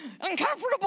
uncomfortable